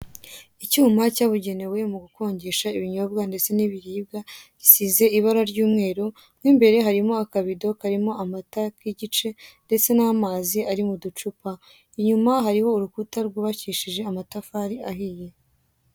Icyuma cyabugenewe mu gukonjesha ibinyobwa ndetse n'ibiribwa gisize ibara ry'umweru, mo imbere harimo akabido karimo amata y'igice ndetse n'amazi ari mu ducupa; inyuma hariho urukuta rwubakishije amatafari ahiye.